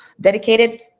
dedicated